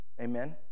Amen